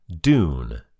Dune